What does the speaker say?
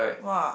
!wah!